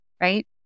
right